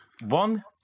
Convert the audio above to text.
one